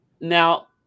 Now